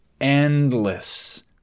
endless